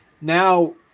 now –